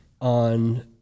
on